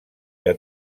que